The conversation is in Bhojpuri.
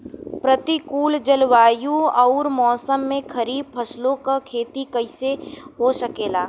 प्रतिकूल जलवायु अउर मौसम में खरीफ फसलों क खेती कइसे हो सकेला?